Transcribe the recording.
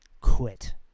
quit